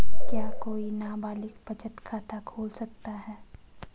क्या कोई नाबालिग बचत खाता खोल सकता है?